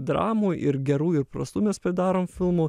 dramų ir gerų ir prastų mes pridarom filmų